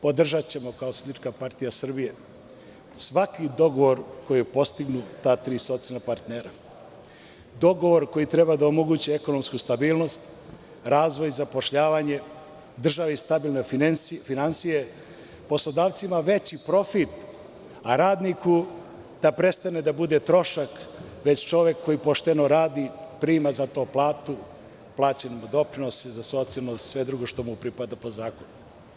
Podržaćemo kao SPS svaki dogovor koji je postignu ta tri socijalna partnera, dogovor koji treba da omogući ekonomsku stabilnost, razvoj, zapošljavanje, državi stabilne finansije, poslodavcima veći profit, a radniku da prestane da bude trošak, već čovek koji pošteno radi, prima za to platu, plaćen mu je doprinos i sve drugo što mu pripada po zakonu.